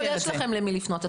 קודם כל יש לכם למי לפנות.